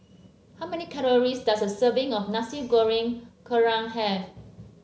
how many calories does a serving of Nasi Goreng Kerang have